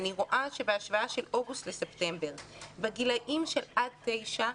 אני רואה שבהשוואה בין אוגוסט לספטמבר בגילאים עד תשע,